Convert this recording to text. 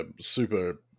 super